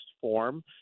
form